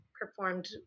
performed